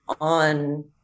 on